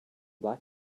black